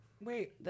Wait